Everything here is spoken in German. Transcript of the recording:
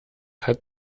hat